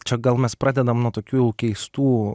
čia gal mes pradedam nuo tokių keistų